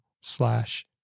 slash